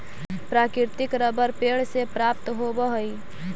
प्राकृतिक रबर पेड़ से प्राप्त होवऽ हइ